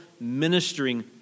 ministering